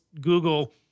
Google